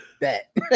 Bet